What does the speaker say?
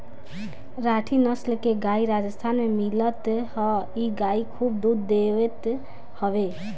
राठी नसल के गाई राजस्थान में मिलत हअ इ गाई खूब दूध देत हवे